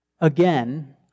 again